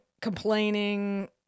complaining